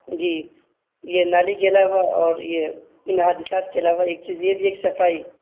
جی یہ نالی کے علاوہ اور یہ ان حادثات کے علاوہ ایک چیز یہ بھی ہے ایک صفائی